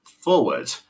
Forward